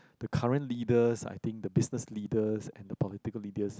the current leaders I think the business leaders and the political leaders